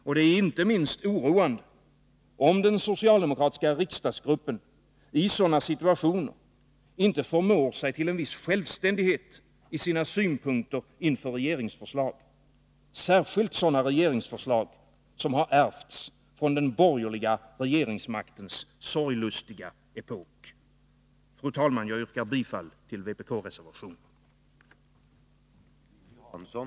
Och det är inte minst oroande, om den socialdemokratiska riksdagsgruppen i sådana situationer inte förmår uppvisa en viss självständighet i sina synpunkter inför regeringsförslag — särskilt sådana regeringsförslag som har ärvts från den borgerliga regeringsmaktens sorglustiga epok. Herr talman! Jag yrkar bifall till vpk-reservationen.